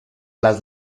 las